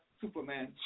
superman